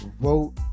vote